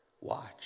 watch